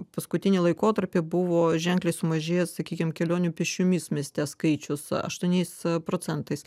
paskutinį laikotarpį buvo ženkliai sumažėjęs sakykim kelionių pėsčiomis mieste skaičius aštuoniais procentais